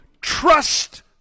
trust